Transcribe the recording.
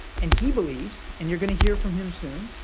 and he believes and you're going to hear from him soon